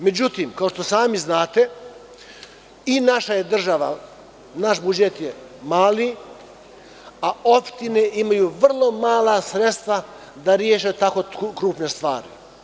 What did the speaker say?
Međutim, kao što sami znate, i naša je država, naš budžet je mali, a opštine imaju vrlo mala sredstva da reše tako krupne stvari.